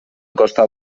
costat